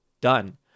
Done